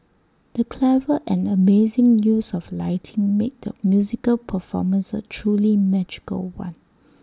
the clever and amazing use of lighting made the musical performance A truly magical one